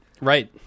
Right